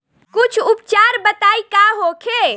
कुछ उपचार बताई का होखे?